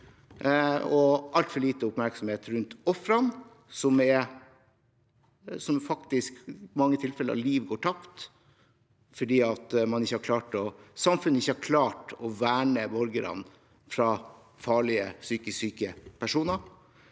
altfor lite oppmerksomhet rundt ofrene. Faktisk går i mange tilfeller liv tapt fordi samfunnet ikke har klart å verne borgerne fra farlige psykisk syke personer.